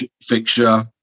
fixture